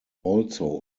also